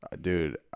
dude